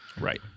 Right